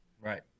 Right